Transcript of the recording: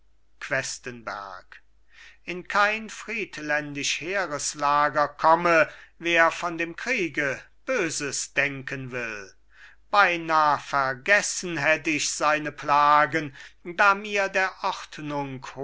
questenberg in kein friedländisch heereslager komme wer von dem kriege böses denken will beinah vergessen hätt ich seine plagen da mir der